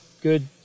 good